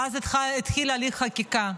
ואז התחיל הליך החקיקה.